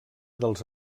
dels